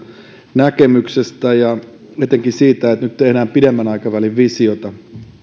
näkemyksestä ja etenkin siitä että nyt tehdään pidemmän aikavälin visiota